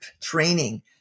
training